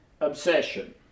obsession